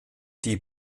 die